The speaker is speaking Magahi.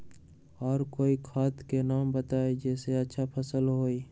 और कोइ खाद के नाम बताई जेसे अच्छा फसल होई?